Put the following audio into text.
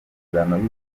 y’ubufatanye